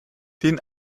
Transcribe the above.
den